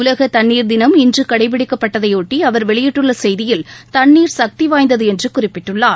உலக தண்ணீர் தினம் இன்று கடைபிடிக்கப்பட்டதையொட்டி அவர் வெளியிட்டுள்ள செய்தியில் தண்ணீர் சக்தி வாய்ந்தது என்று குறிப்பிட்டுள்ளார்